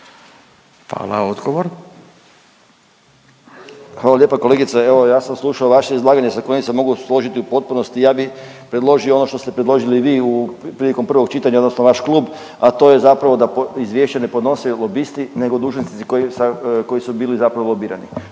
Hvala lijepa kolegice, evo ja sam slušao vaše izlaganje sa kojim se mogu složiti u potpunosti. Ja bi predložio ono što ste predložili i vi prilikom prvog čitanja odnosno vaš klub, a to je zapravo da izvješće ne podnose lobisti nego dužnosnici koji su bili zapravo lobirani.